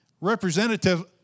representative